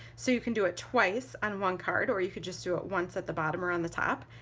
so you can do it twice on one card or you could just do it once at the bottom or on the top.